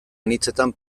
anitzetan